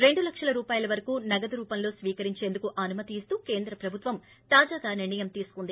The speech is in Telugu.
రెండు లక్షల రూపాయల వరకు నగదు రూపంలో స్వీకరించేందుకు అనుమతిస్తూ కేంద్ర ప్రభుత్వం తాజాగా నిర్ణయం తీసుకుంది